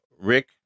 Rick